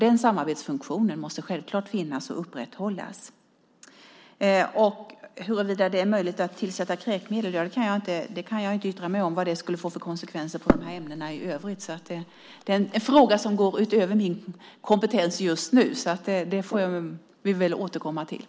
Den samarbetsfunktionen måste självklart finnas och upprätthållas. Huruvida det är möjligt att tillsätta kräkmedel och vad det skulle få för konsekvenser för dessa ämnen i övrigt kan jag inte yttra mig om. Det är en fråga som övergår min kompetens just nu. Det får vi återkomma till.